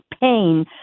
pain